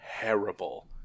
terrible